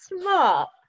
smart